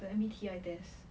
the M_B_T_I test